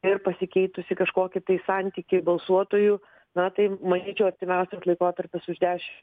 ir pasikeitusį kažkokį tai santykį balsuotojų na tai manyčiau artimiausias laikotarpis už deš